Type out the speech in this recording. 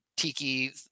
tiki